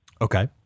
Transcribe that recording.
Okay